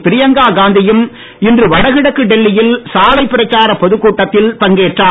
பிரியங்கா காந்தியும் இன்று வடகிழக்கு டெல்லியில் சாலைப்பிரச்சார பொதுக்கூட்டத்தில் பங்கேற்கிறார்